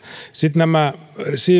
sitten nämä